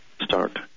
start